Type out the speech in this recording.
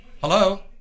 Hello